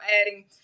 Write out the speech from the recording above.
adding